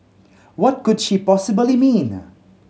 what could she possibly mean